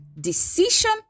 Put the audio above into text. decision